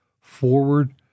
forward